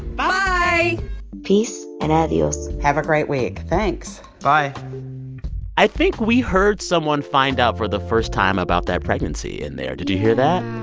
bye peace and adios have a great week. thanks bye i think we heard someone find out for the first time about that pregnancy in there. did you hear that?